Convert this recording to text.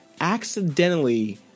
accidentally